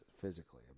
physically